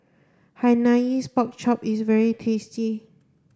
Hainanese pork chop is very tasty